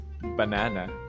Banana